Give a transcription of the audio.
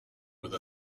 with